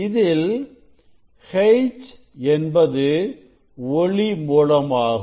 இதில் H என்பது ஒளி மூலமாகும்